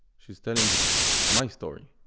she's telling this, my story.